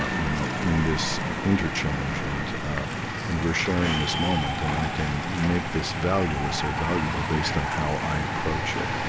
you know, in this interchange, and and we're sharing this moment. and i can make this valueless or valuable based on how i approach it.